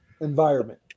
environment